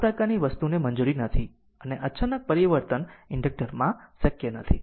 પરંતુ આ પ્રકારની વસ્તુને મંજૂરી નથી અને અચાનક પરિવર્તન ઇન્ડક્ટર માં શક્ય નથી